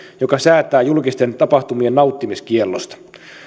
joka säätää julkisten tapahtumien nauttimiskiellosta